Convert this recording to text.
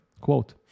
Quote